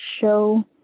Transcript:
show